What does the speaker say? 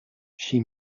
she